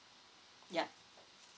yup